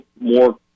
more